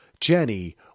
Jenny